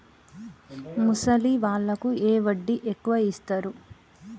ముసలి వాళ్ళకు ఏ వడ్డీ ఎక్కువ ఇస్తారు?